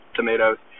tomatoes